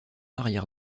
arrière